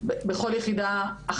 בכל יחידה כמו שאמרתי,